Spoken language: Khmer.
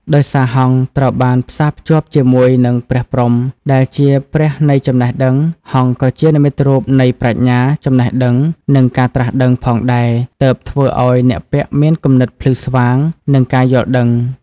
ដោយសារហង្សត្រូវបានផ្សារភ្ជាប់ជាមួយនឹងព្រះព្រហ្ម ដែលជាព្រះនៃចំណេះដឹង ហង្សក៏ជានិមិត្តរូបនៃ ប្រាជ្ញា ចំណេះដឹង និង ការត្រាស់ដឹង ផងដែរ ទើបធ្វើឲ្យអ្នកពាក់មានគំនិតភ្លឺស្វាង និងការយល់ដឹង។